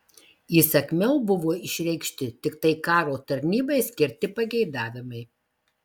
įsakmiau buvo išreikšti tiktai karo tarnybai skirti pageidavimai